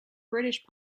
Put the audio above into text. british